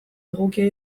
egokia